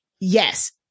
yes